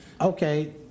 Okay